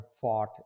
fought